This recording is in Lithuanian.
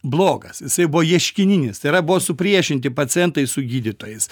blogas jisai buvo ieškininis tai yra buvo supriešinti pacientai su gydytojais